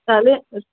তাহলে